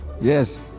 Yes